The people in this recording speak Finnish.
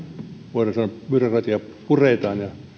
voidaan sanoa että byrokratiaa puretaan ja